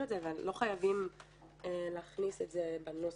את זה ולא חייבים להכניס את זה בנוסח.